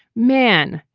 man,